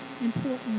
important